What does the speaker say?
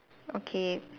okay